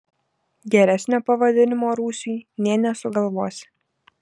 geresnio pavadinimo rūsiui nė nesugalvosi